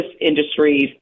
industries